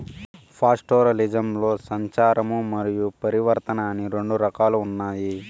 పాస్టోరలిజంలో సంచారము మరియు పరివర్తన అని రెండు రకాలు ఉన్నాయి